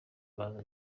baza